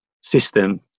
system